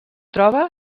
troba